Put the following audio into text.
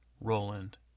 Roland